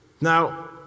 Now